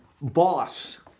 boss